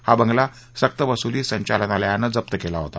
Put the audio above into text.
हा बगला सक्तवसुली संचालनालयानं जप्त केला होता